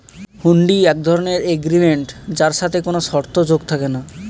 হুন্ডি এক ধরণের এগ্রিমেন্ট যার সাথে কোনো শর্ত যোগ থাকে না